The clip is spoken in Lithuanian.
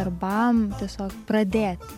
darbams tiesiog pradėti